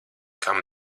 kam